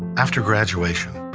after graduation,